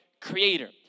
creator